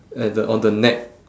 at the on the neck